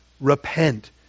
Repent